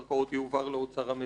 יועבר לאוצר המדינה.